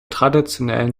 traditionellen